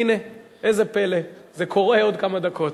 והנה זה פלא, זה קורה בעוד כמה דקות.